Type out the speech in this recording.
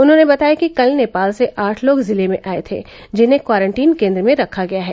उन्होंने बताया कि कल नेपाल से आठ लोग जिले में आए थे जिन्हें क्वारंटीन केंद्र में रखा गया है